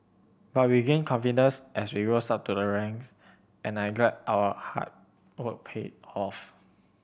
but we gained confidence as we rose up to the ranks and I'm glad our hard work paid off